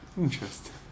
Interesting